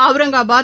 Aurangabad